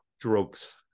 drugs